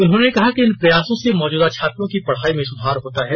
उन्होंने कहा कि इन प्रयासों से मौजूदा छात्रों की पढ़ाई में सुधार होता है